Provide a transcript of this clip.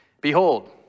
behold